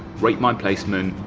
ratemyplacement,